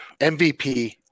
MVP